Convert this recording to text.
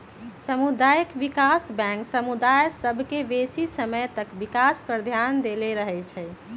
सामुदायिक विकास बैंक समुदाय सभ के बेशी समय तक विकास पर ध्यान देले रहइ छइ